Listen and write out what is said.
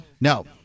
No